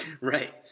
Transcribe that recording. Right